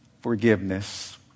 forgiveness